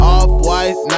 Off-white